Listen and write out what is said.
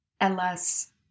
Ella's